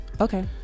Okay